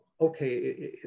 okay